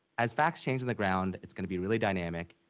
as facts change on the ground, it's going to be really dynamic.